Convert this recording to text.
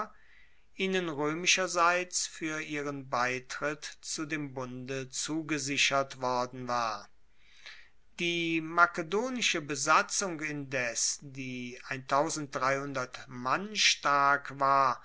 ihnen roemischerseits fuer ihren beitritt zu dem bunde zugesichert worden war die makedonische besatzung indes die mann stark war